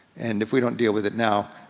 and if we don't deal with it now,